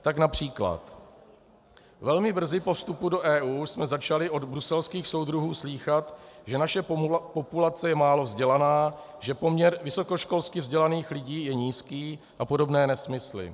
Tak například velmi brzy po vstupu do EU jsme začali od bruselských soudruhů slýchat, že naše populace je málo vzdělaná, že poměr vysokoškolsky vzdělaných lidí je nízký a podobné nesmysly.